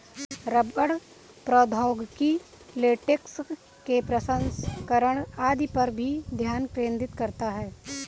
रबड़ प्रौद्योगिकी लेटेक्स के प्रसंस्करण आदि पर भी ध्यान केंद्रित करता है